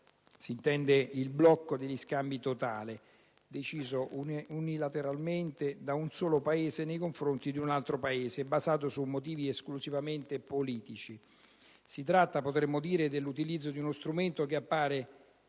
si intende il blocco degli scambi totale, deciso unilateralmente da un solo Paese nei confronti di un altro Paese e basato su motivi esclusivamente politici. Si tratta, potremmo dire, dell'utilizzo di uno strumento che appare,